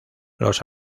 los